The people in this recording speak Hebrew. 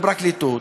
לפרקליטות,